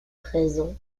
présents